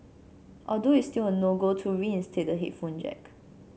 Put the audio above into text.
although it's still a no go to reinstate the headphone jack